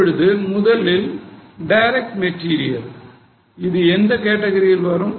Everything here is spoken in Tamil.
இப்பொழுது முதலில் டைரக்ட் மெட்டீரியல் இது எந்த கேற்றகிரியில் வரும்